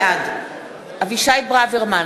בעד אבישי ברוורמן,